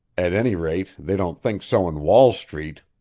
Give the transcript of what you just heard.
at any rate, they don't think so in wall street.